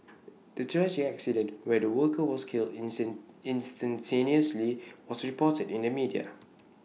the tragic accident where the worker was killed instantaneously was reported in the media